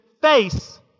face